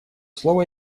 слово